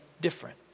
different